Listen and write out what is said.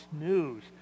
News